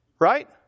right